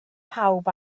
pawb